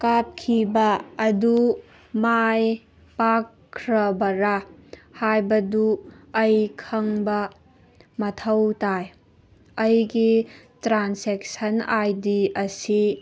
ꯀꯥꯞꯈꯤꯕ ꯑꯗꯨ ꯃꯥꯏ ꯄꯥꯛꯈ꯭ꯔꯕꯔꯥ ꯍꯥꯏꯕꯗꯨ ꯑꯩ ꯈꯪꯅꯕ ꯃꯊꯧ ꯇꯥꯏ ꯑꯩꯒꯤ ꯇ꯭ꯔꯥꯟꯖꯦꯛꯁꯟ ꯑꯥꯏ ꯗꯤ ꯑꯁꯤ